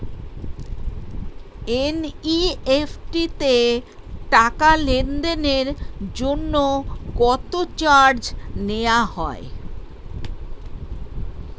NEFT তে টাকা লেনদেনের জন্য কত চার্জ নেয়া হয়?